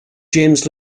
james